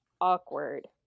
awkward